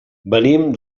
venim